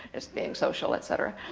just being social, et cetera,